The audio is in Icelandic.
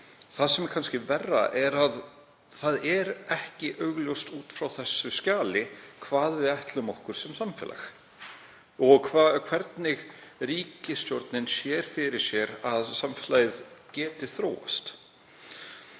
það er kannski verra að það er ekki augljóst út frá þessu skjali hvað við ætlum okkur sem samfélag og hvernig ríkisstjórnin sér fyrir sér að samfélagið geti þróast.